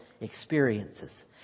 experiences